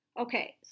okay